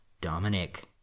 Dominic